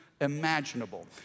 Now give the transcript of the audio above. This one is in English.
imaginable